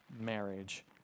marriage